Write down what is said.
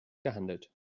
gehandelt